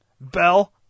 Bell